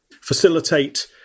facilitate